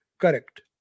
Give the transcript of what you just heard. Correct